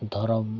ᱫᱷᱚᱨᱚᱢ